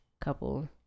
Couple